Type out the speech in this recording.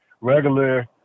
regular